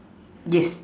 yes